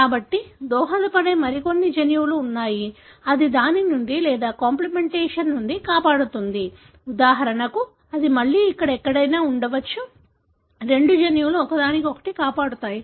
కాబట్టి దోహదపడే మరికొన్ని జన్యువులు ఉన్నాయి అది దాని నుండి లేదా కాంప్లిమెంటేషన్ నుండి కాపాడుతుంది ఉదాహరణకు అది మళ్లీ ఇక్కడ ఎక్కడైనా ఉండవచ్చు రెండు జన్యువులు ఒకదానికొకటి కాపాడతాయి